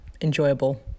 enjoyable